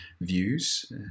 views